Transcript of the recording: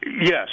Yes